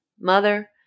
mother